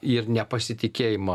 ir nepasitikėjimą